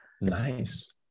Nice